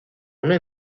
una